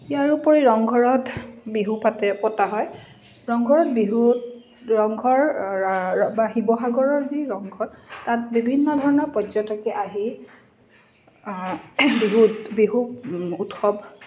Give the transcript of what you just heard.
ইয়াৰোপৰি ৰংঘৰত বিহু পাতে পতা হয় ৰংঘৰত বিহুত ৰংঘৰ বা শিৱসাগৰৰ যি ৰংঘৰ তাত বিভিন্ন ধৰণৰ পৰ্যটকে আহি বিহু উৎসৱ